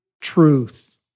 Truth